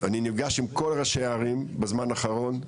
אני נפגש עם כל ראשי הערים בזמן האחרון,